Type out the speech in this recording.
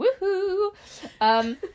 Woohoo